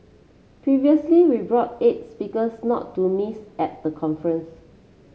previously we brought its because not to miss at the conference